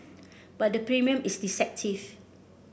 but the premium is deceptive